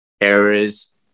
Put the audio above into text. errors